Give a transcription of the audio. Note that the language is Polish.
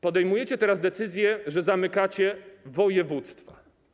Podejmujecie teraz decyzje o zamykaniu województw.